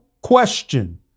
question